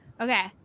Okay